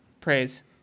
praise